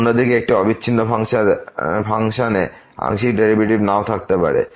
অন্যদিকে একটি অবিচ্ছিন্ন ফাংশনে আংশিক ডেরিভেটিভ নাও থাকতে পারে